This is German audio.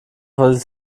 was